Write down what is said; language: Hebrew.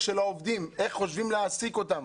של העובדים ואיך חושבים להעסיק אותם.